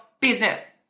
business